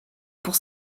pour